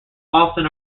often